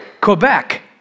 Quebec